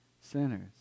sinners